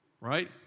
right